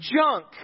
junk